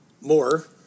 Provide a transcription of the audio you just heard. more